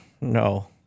No